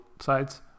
sides